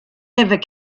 ever